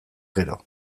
gero